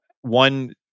one